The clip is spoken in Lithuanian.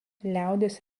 liaudies